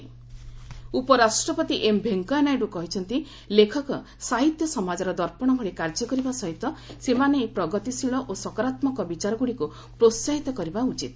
AP VP visit ଉପରାଷ୍ଟ୍ରପତି M Venkaiah Naidu କହିଛନ୍ତି ଲେଖକ ଓ ସାହିତ୍ୟ ସମାଜର ଦର୍ପଣ ଭଳି କାର୍ଯ୍ୟ କରିବା ସହିତ ସେମାନେ ପ୍ରଗତିଶୀଳ ଓ ସକାରାତ୍ମକ ବିଚାର ଗୁଡିକୁ ପ୍ରୋସାହିତ କରିବା ଉଚିତ